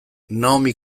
naomi